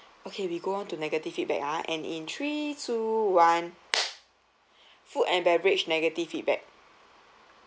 okay we go on to negative feedback ah and in three two one food and beverage negative feedback